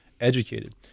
educated